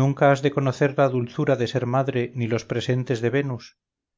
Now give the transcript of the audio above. nunca has de conocer la dulzura de ser madre ni los presentes de venus